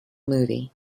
movie